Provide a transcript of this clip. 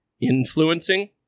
influencing